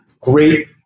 great